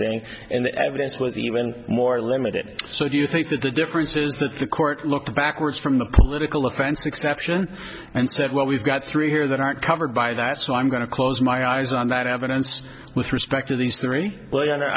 saying and the evidence was even more limited so you think that the difference is that the court looking backwards from the political offense exception and said well we've got three here that aren't covered by that so i'm going to close my eyes on that evidence with respect to these three million or